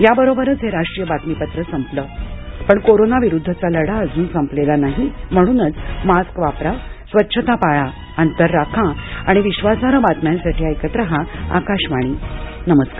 याबरोबरच हे राष्ट्रीय बातमीपत्र संपलं पण कोरोना विरुद्धचा लढा अजून संपलेला नाही म्हणूनच मास्क वापरा स्वच्छता पाळा अंतर राखा आणि विश्वासार्ह बातम्यांसाठी ऐकत रहा आकाशवाणी नमस्कार